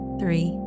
three